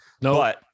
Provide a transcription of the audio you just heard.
No